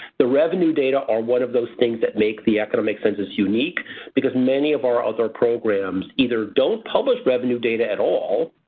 the revenue data are one of those things that make the economic census unique because many of our other programs either don't publish revenue data at all.